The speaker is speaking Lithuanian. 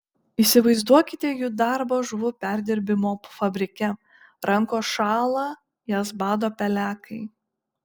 įsivaizduokite jų darbą žuvų perdirbimo fabrike rankos šąla jas bado pelekai